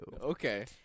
Okay